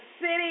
city